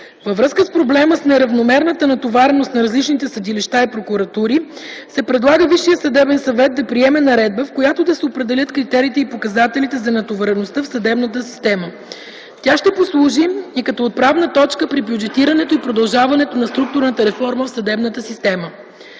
Във връзка с проблема с неравномерната натовареност на различните съдилища и прокуратури се предлага Висшият съдебен съвет да приеме наредба, в която да се определят критериите и показателите за натовареността в съдебната система. Тя ще послужи и като отправна точка при бюджетирането и продължаването на структурната реформа в съдебната система.